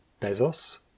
Bezos